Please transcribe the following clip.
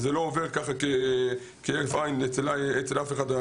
זה לא עובר כהרף עין אצל אף אחד.